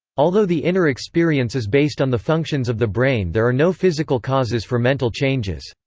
although the inner experience is based on the functions of the brain there are no physical causes for mental changes.